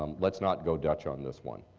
um let's not go dutch on this one.